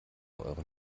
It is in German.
euren